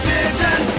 Pigeon